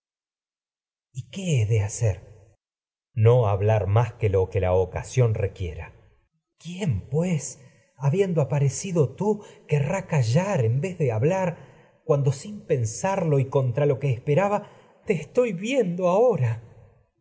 de hacer orestes no hablar más que lo que la ocasión re quiera electra quién vez pues habiendo aparecido tií que cuando sin pensarlo y con rrá callar en de hablar tra lo que esperaba te estoy viendo ahora